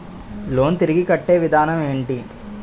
Loan తిరిగి కట్టే విధానం ఎంటి?